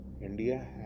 India